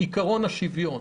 עיקרון השוויון